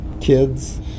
kids